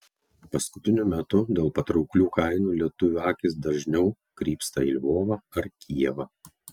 paskutiniu metu dėl patrauklių kainų lietuvių akys dažniau krypsta į lvovą ar kijevą